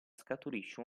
scaturisce